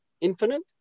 infinite